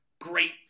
great